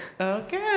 okay